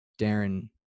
Darren